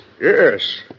Yes